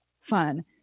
fun